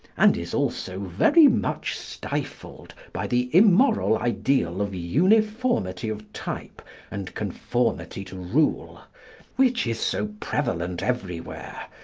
and is also very much stifled by the immoral ideal of uniformity of type and conformity to rule which is so prevalent everywhere,